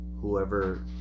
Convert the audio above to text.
whoever